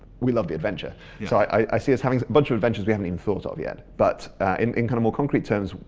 we love the adventure, so i see us having a bunch of adventures haven't even thought of yet but in in kind of more concrete terms,